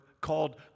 called